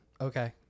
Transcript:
Okay